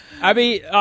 Abby